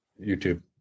YouTube